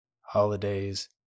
holidays